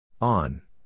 On